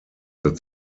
that